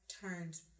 Turns